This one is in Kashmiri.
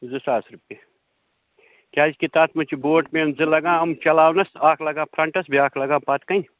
زٕ ساس رۄپیہِ کیٛازِکہِ تَتھ منٛز چھِ بوٹ مین زٕ لگان یِم چلاونَس اَکھ لگان فرٛنٹَس بیٛاکھ لگان پَتہٕ کَنہِ